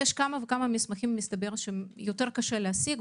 מסתבר שיש כמה מסמכים שיותר קשה להשיג,